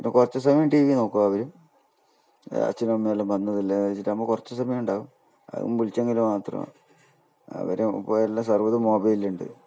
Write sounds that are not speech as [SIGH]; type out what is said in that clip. പിന്നെ കുറച്ച് സമയം ടി വി നോക്കും അവർ അച്ഛൻ അമ്മയെല്ലാം വന്നതല്ലേ എന്ന് വച്ചിട്ടാകുമ്പം കുറച്ചു സമയമുണ്ടാകും അതും വിളിച്ചെങ്കിൽ മാത്രം അവർ [UNINTELLIGIBLE] സർവ്വതും മൊബൈലിൽ ഉണ്ട്